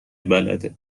بلده